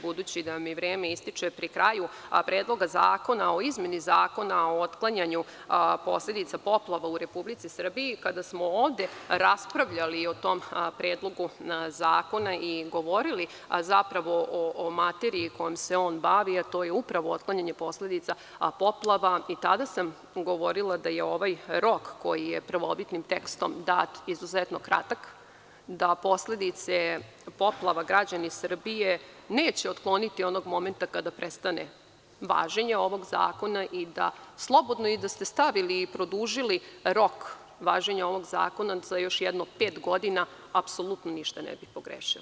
Budući da mi je vreme pri kraju, što se tiče Predloga zakona o izmeni Zakona o otklanjanju posledica poplava u Republici Srbiji, kada smo ovde raspravljali o tom Predlogu zakona i govorili o materiji kojom se on bavi, a to je upravo otklanjanje posledica poplava, i tada sam govorila da je ovaj rok koji je prvobitnim tekstom dat izuzetno kratak, da posledice poplava građani Srbije neće otkloniti onog momenta kada prestane važenje ovog zakona i slobodno i da ste stavili i produžili rok važenja ovog zakona za još pet godina, apsolutno ništa ne bi pogrešili.